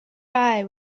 cry